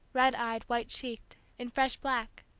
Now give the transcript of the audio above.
red eyed, white-cheeked, in fresh black